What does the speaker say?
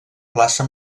plaça